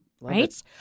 Right